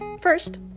First